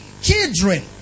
children